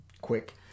quick